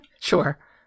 Sure